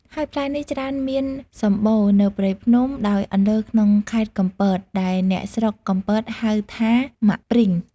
ហើយផ្លែនេះច្រើនមានសម្បូរនៅព្រៃភ្នំ ដោយអន្លើក្នុងខែត្រកំពត ដែលអ្នកស្រុកកំពតហៅថា មាក់ប្រិង។